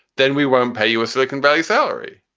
then we won't pay you a silicon valley salary.